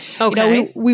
Okay